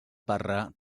parra